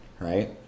right